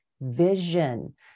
vision